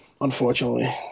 unfortunately